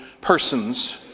persons